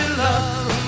love